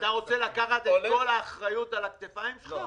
אתה רוצה לקחת את כל האחריות על הכתפיים שלך?